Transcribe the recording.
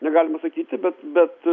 negalima sakyti bet